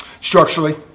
Structurally